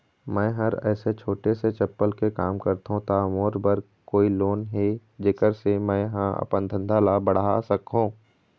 मैं हर ऐसे छोटे से चप्पल के काम करथों ता मोर बर कोई लोन हे जेकर से मैं हा अपन धंधा ला बढ़ा सकाओ?